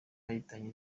yahitanye